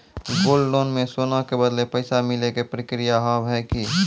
Gold loan मे सोना के बदले पैसा मिले के प्रक्रिया हाव है की?